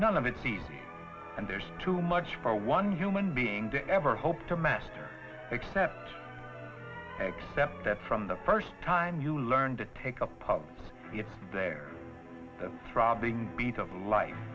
none of it's easy and there's too much for one human being to ever hope to master except except that from the first time you learn to take a puff it's there the throbbing beat of life